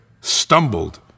stumbled